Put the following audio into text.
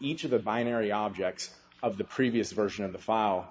each of the vinery objects of the previous version of the file